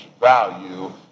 value